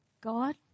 God